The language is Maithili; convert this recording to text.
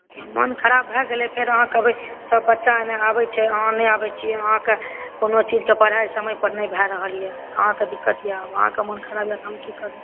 मन ख़राब भए गेल फेर अहाँ कहबै सब बच्चा आबै छै अहाँ नहि आबै छियै अहाँकेॅं कोनो चीजकेँ पढ़ाई समय पर नहि भए रहल यऽ अहॉँकेँ दिक्कत यऽ अहाँकेँ मन खराब यऽ तऽ हम की करु